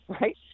right